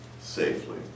safely